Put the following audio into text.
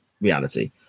reality